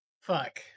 fuck